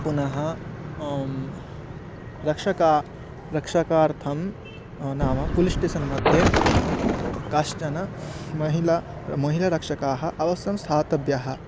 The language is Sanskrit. पुनः रक्षका रक्षकार्थं नाम पुलिश्टेसन्मध्ये काश्चन महिला महिलारक्षकाः अवश्यं स्थातव्याः